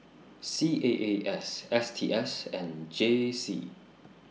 C A A S S T S and J C